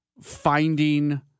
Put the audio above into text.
finding